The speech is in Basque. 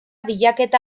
bilaketa